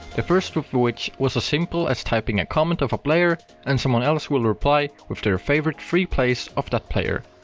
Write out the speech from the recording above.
the first of which was as ah simple as typing a comment of a player and someone else will reply with their favourite three plays of that player.